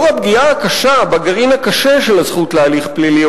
לאור הפגיעה הקשה בגרעין הקשה של הזכות להליך פלילי